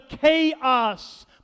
chaos